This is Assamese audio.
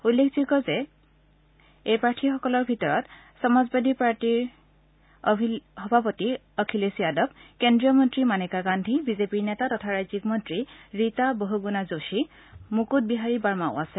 উল্লেখযোগ্য প্ৰাৰ্থীসকলৰ ভিতৰত সমাজবাদী পাৰ্টীৰ সভাপতি অখিলেশ য়াদৱ কেন্দ্ৰীয় মন্ত্ৰী মানেকা গান্ধী বিজেপিৰ নেতা তথা ৰাজ্যিক মন্ত্ৰী ৰীতা বহুগুণা যোশী মুকট বিহাৰী বাৰ্মাও আছে